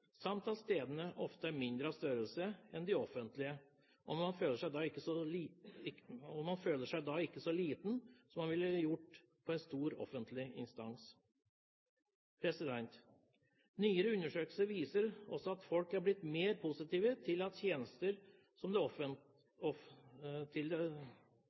samt at stedene ofte er mindre av størrelse enn de offentlige, og man føler seg da ikke så liten som man ville gjort på en stor offentlig institusjon. Nyere undersøkelser viser også at folk er blitt mer positive til at tjenester som det